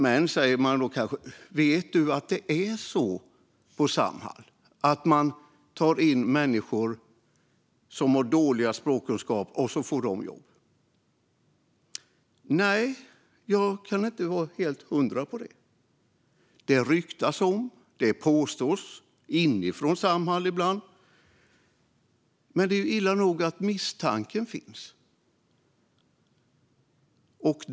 Men, kanske någon säger, vet du att det är så på Samhall att de tar in människor som har dåliga språkkunskaper och ger dem jobb? Nej, jag kan inte vara helt hundra på det. Det ryktas. Det påstås, ibland inifrån Samhall. Men det är illa nog att misstanken finns.